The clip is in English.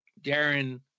Darren